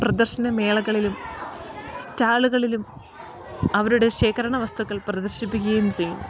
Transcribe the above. പ്രദർശന മേളകളിലും സ്റ്റാളുളിലും അവരുടെ ശേഖരണ വസ്തുക്കൾ പ്രദർശിപ്പിക്കേം ചെയ്യും